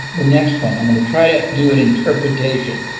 the next one. i'm going to try to do an interpretation.